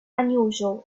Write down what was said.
unusual